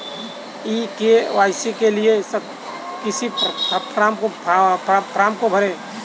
ई KYC के लिए किस फ्रॉम को भरें?